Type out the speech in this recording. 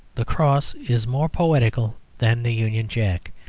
the cross is more poetical than the union jack,